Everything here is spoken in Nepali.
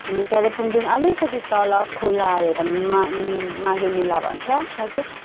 अनि कालिम्पोङदेखि अलिकति तल खोला आयो एउटा मा माघे मेला भन्छ त्यहाँ चाहिँ